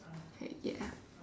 right ya